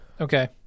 Okay